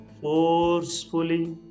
forcefully